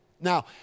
Now